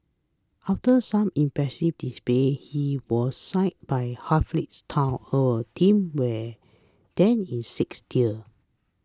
after some impressive displays he was signed by Halifax town a team where then in sixth tier